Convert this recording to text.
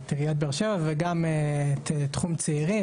את עיריית באר שבע וגם תחום צעירים.